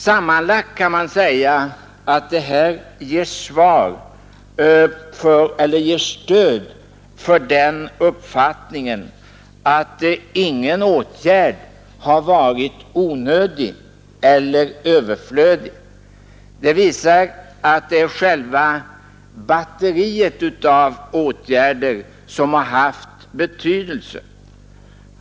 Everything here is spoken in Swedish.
Sammantaget kan man säga att det här ger stöd för den uppfattningen att ingen åtgärd har varit överflödig. Det visar att det är själva batteriet av åtgärder som har haft betydelse.